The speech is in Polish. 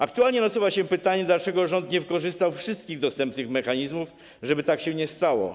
Aktualnie nasuwa się pytanie, dlaczego rząd nie wykorzystał wszystkich dostępnych mechanizmów, żeby tak się nie stało.